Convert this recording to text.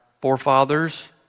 forefathers